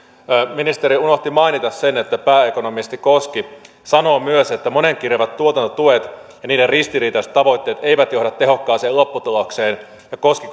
ministeri unohti mainita sen että pääekonomisti koski sanoo myös että monenkirjavat tuotantotuet ja niiden ristiriitaiset tavoitteet eivät johda tehokkaaseen lopputulokseen ja koski